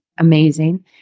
amazing